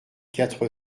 quatre